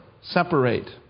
separate